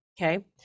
okay